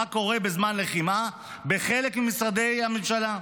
מה קורה בזמן לחימה בחלק ממשרדי הממשלה.